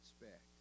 expect